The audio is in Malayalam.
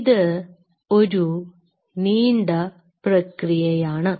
ഇത് ഒരു നീണ്ട പ്രക്രിയയാണ്